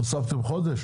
הוספתם חודש?